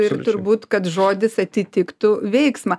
ir turbūt kad žodis atitiktų veiksmą